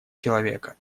человека